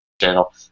channel